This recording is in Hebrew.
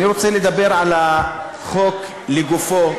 אני רוצה לדבר על החוק לגופו,